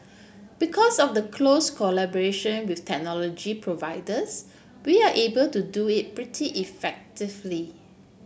because of the close collaboration with technology providers we are able to do it pretty effectively